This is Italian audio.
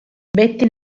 betty